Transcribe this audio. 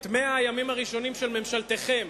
את 100 הימים הראשונים של ממשלתכם